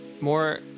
more